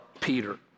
Peter